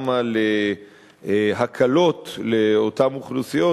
גם על הקלות לאותן אוכלוסיות,